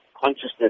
Consciousness